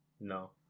No